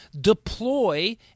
deploy